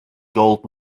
gold